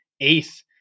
eighth